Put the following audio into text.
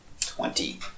Twenty